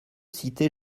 cité